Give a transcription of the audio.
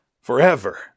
forever